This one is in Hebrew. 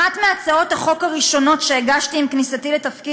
אחת מהצעות החוק הראשונות שהגשתי עם כניסתי לתפקיד